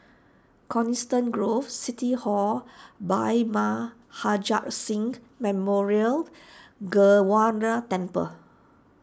Coniston Grove City Hall Bhai Maharaj Singh Memorial Gurdwana Temple